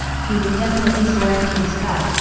he would definitely soar into the sky.